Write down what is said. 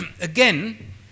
again